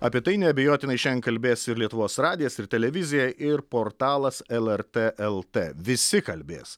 apie tai neabejotinai šiandien kalbės ir lietuvos radijas ir televizija ir portalas lrt lt visi kalbės